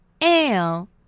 Ale